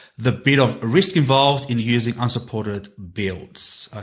the bit of risk involved, in using unsupported builds.